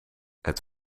het